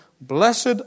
blessed